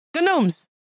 gnomes